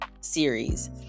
series